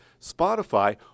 Spotify